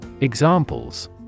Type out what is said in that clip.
Examples